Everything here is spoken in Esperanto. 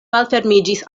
malfermiĝis